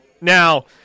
Now